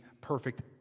perfect